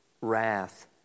wrath